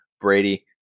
Brady